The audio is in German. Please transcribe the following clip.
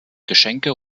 geschenke